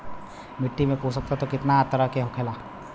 मिट्टी में पोषक तत्व कितना तरह के होला?